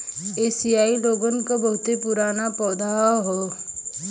एसिआई लोगन क बहुते पुराना पौधा हौ